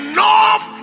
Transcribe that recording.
Enough